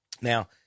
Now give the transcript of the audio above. Now